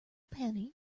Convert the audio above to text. penny